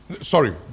sorry